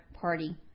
party